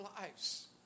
lives